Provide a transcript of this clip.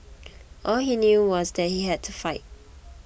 all he knew was that he had to fight